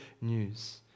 news